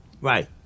Right